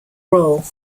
role